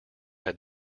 had